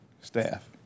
staff